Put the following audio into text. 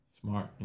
Smart